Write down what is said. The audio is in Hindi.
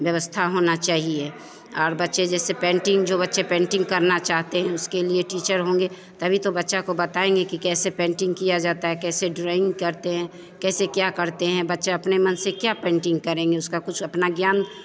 व्यवस्था होनी चाहिए और बच्चे जैसे पेन्टिन्ग जो बच्चे पेन्टिन्ग करना चाहते हैं उसके लिए टीचर होंगे तभी तो बच्चे को बताएँगे कि कैसे पेन्टिन्ग की जाती है कैसे ड्राइन्ग करते हैं कैसे क्या करते हैं बच्चा अपने मन से क्या पेन्टिन्ग करेंगे उसका कुछ अपना ज्ञान